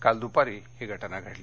काल दुपारी ही घटना घडली